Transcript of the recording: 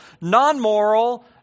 non-moral